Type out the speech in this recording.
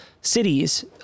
cities